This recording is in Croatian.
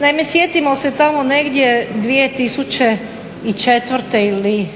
naime sjetimo se tamo negdje 2004. ili